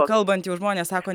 kalbant jau žmonės sako